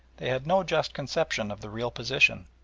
they had no just conception of the real position,